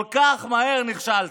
כל כך מהר נכשלתם.